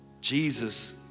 Jesus